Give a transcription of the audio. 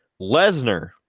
Lesnar